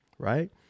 Right